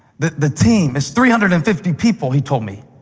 the the team, it's three hundred and fifty people, he told me,